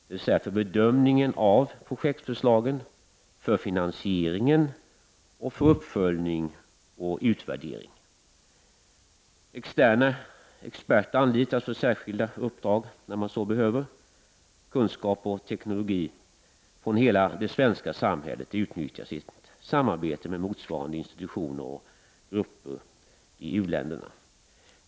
Det rör sig alltså om bedömningen av projektförslagen, finansieringen, uppföljningen och utvärderingen. Externa experter anlitas för särskilda uppdrag när man så behöver. Kunskap och teknologi från hela det svenska samhället utnyttjas i samarbete med motsvarande institutioner och grupper i u-länderna.